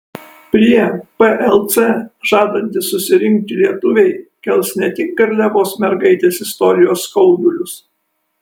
prie plc žadantys susirinkti lietuviai kels ne tik garliavos mergaitės istorijos skaudulius